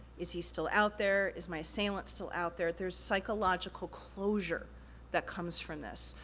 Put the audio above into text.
is he still out there? is my assailant still out there? there's psychological closure that comes from this.